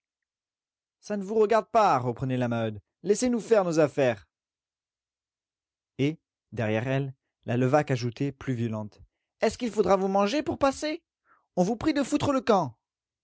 ça ne vous regarde pas reprenait la maheude laissez-nous faire nos affaires et derrière elle la levaque ajoutait plus violente est-ce qu'il faudra vous manger pour passer on vous prie de foutre le camp